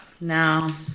no